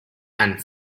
and